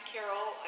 Carol